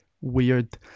weird